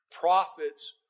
Prophets